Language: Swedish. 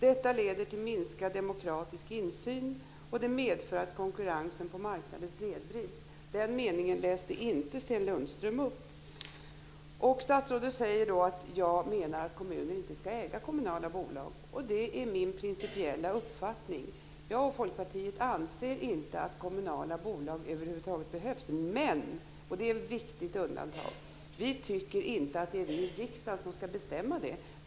Detta leder till minskad demokratisk insyn och det medför att konkurrensen på marknaden snedvrids. Den meningen läste inte Sten Statsrådet säger att jag menar att kommuner inte ska äga kommunala bolag, och det är min principiella uppfattning. Jag och Folkpartiet anser inte att kommunala bolag över huvud taget behövs, men - och det är ett viktigt undantag - vi tycker inte att det är vi i riksdagen som ska bestämma det.